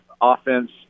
offense